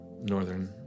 northern